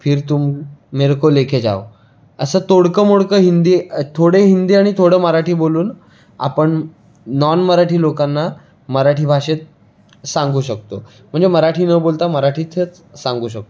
फिर तुम मेरे को लेके जाओ असं तोडकं मोडकं हिंदी थोडं हिंदी आणि थोडं मराठी बोलून आपण नॉन मराठी लोकांना मराठी भाषेत सांगू शकतो म्हणजे मराठी न बोलता मराठीतच सांगू शकतो